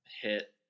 hit